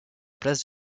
place